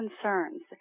concerns